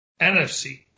NFC